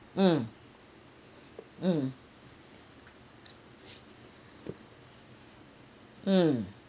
mm mm mm